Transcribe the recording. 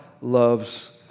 loves